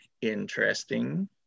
interesting